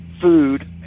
food